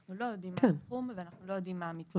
כשאנחנו לא יודעים מה הסכום ומה המתווה.